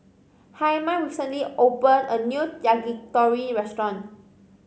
Hyman recently opened a new Yakitori restaurant